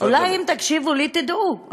אולי אם תקשיבו לי תדעו.